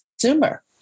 consumer